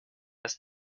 ist